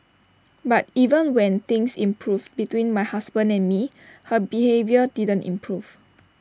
but even when things improved between my husband and me her behaviour didn't improve